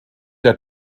der